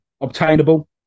obtainable